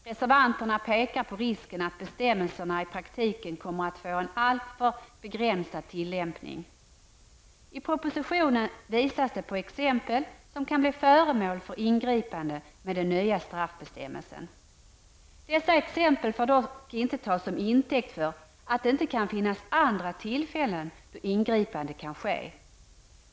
Reservanterna pekar på risken att bestämmelsen i praktiken kommer att få en alltför begränsad tillämpning. I propositionen visas det på exempel som kan bli föremål för ingripande med den nya straffbestämmelsen. Dessa exempel får dock inte tas som intäkt för att det inte kan finnas andra tillfällen då ingripande kan ske.